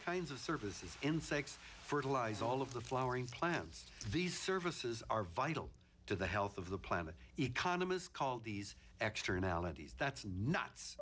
kinds of services insects fertilize all of the flowering plants these services are vital to the health of the planet economists call these extra analogies that's n